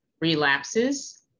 relapses